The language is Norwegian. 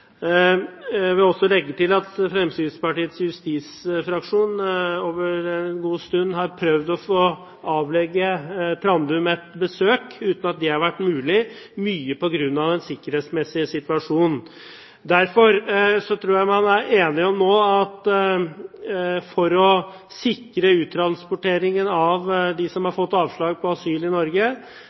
Jeg vil også legge til at Fremskrittspartiets justisfraksjon en god stund har prøvd å få avlegge Trandum et besøk uten at det har vært mulig, mye på grunn av den sikkerhetsmessige situasjonen. Jeg tror man er enige om at for å sikre uttransporteringen av dem som har fått avslag på asylsøknaden i Norge,